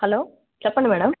hello చెప్పండి madam